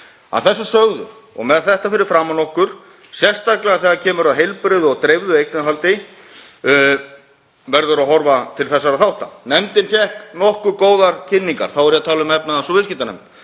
Að þessu sögðu og með þetta fyrir framan okkur, sérstaklega þegar kemur að heilbrigðu og dreifðu eignarhaldi, verður að horfa til þessara þátta. Nefndin fékk nokkuð góðar kynningar, þá er ég að tala um efnahags- og viðskiptanefnd,